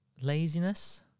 Laziness